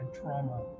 trauma